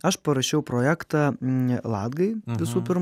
aš parašiau projektą ladgai visų pirma